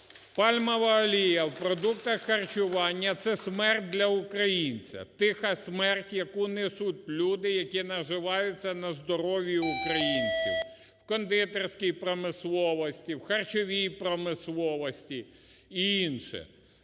пальмова олія в продуктах харчування – це смерть для українця, тиха смерть, яку несуть люди, які наживають на здоров'ї українців, в кондитерській промисловості, в харчовій промисловості і інше.